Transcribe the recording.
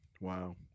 Wow